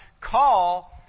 call